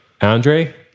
Andre